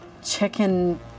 chicken